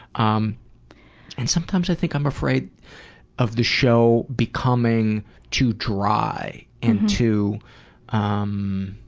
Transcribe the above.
um and sometimes i think i'm afraid of the show becoming too dry and too, um